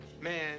Man